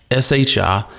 SHI